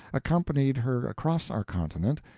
accompanied her across our continent,